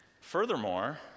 Furthermore